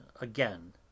again